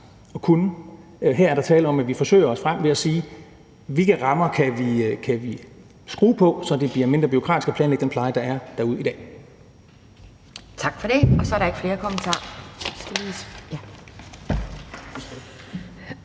Her er der tale om, at vi forsøger os frem ved at se på, hvilke rammer vi kan justere på, så det bliver mindre bureaukratisk at planlægge den pleje, der er derude i dag. Kl. 10:48 Anden næstformand